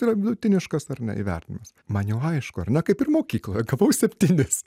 yra vidutiniškas ar ne įvertinimas man jau aišku ar ne kaip ir mokykloj gavau septynis